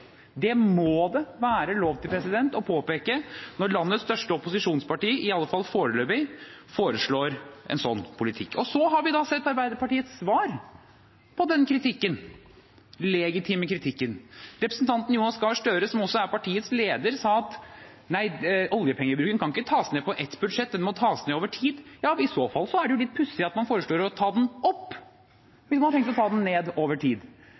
Det må det være lov å påpeke, når landets største opposisjonsparti – i alle fall foreløpig – foreslår en sånn politikk. Vi har sett Arbeiderpartiets svar på den kritikken, den legitime kritikken. Representanten Jonas Gahr Støre, som også er partiets leder, sa at nei, oljepengebruken kan ikke tas ned på ett budsjett, den må tas ned over tid. I så fall er det litt pussig at man foreslår å ta den opp, hvis man har tenkt å ta den ned over tid.